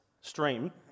stream